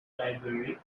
library